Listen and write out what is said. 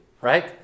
right